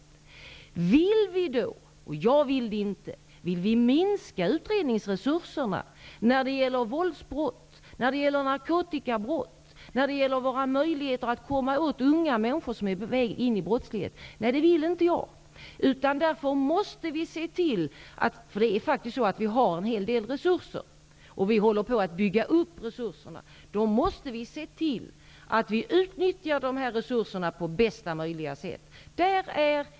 Vill vi då minska resurserna när det gäller utredning av våldsbrott och narkotikabrott och de resurser som satsas på att komma åt unga människor som är på väg in i brottslighet? Jag vill det inte. Vi har en hel del resurser, och vi håller också på att bygga upp resurserna, och vi måste därför se till att vi utnyttjar dessa resurser på bästa möjliga sätt.